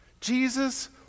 Jesus